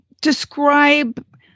describe